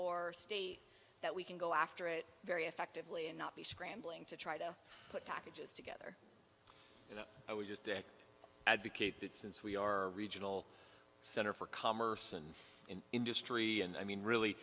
or state that we can go after it very effectively and not be scrambling to try to put packages to get you know i was just to advocate that since we are regional center for commerce and industry and i mean really